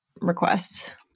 requests